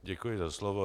Děkuji za slovo.